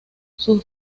sus